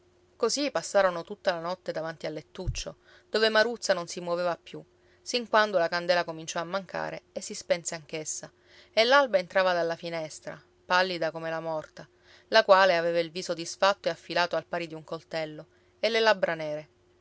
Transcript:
così passarono tutta la notte davanti al lettuccio dove maruzza non si muoveva più sin quando la candela cominciò a mancare e si spense anch'essa e l'alba entrava dalla finestra pallida come la morta la quale aveva il viso disfatto e affilato al pari di un coltello e le labbra nere